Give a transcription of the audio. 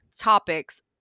topics